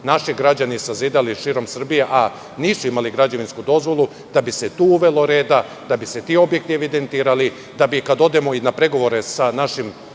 naši građani sazidali širom Srbije, a nisu imali građevinsku dozvolu, da bi se tu uvelo reda, da bi se ti objekti evidentirali, da bi kada odemo na pregovore sa našim